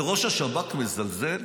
וראש השב"כ מזלזל?